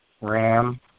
Ram